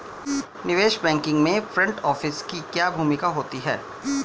निवेश बैंकिंग में front office की क्या भूमिका होती है?